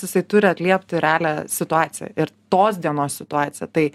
jisai turi atliepti realią situaciją ir tos dienos situaciją tai